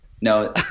no